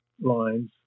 lines